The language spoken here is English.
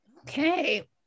Okay